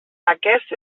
aquest